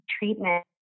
treatment